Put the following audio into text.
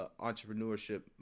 entrepreneurship